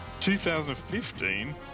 2015